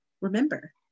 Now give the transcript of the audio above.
remember